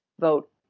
vote